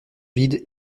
vides